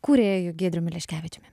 kūrėju giedriumi leškevičiumi